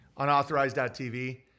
unauthorized.tv